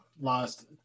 lost